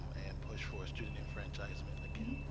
and push for a student enfranchisement again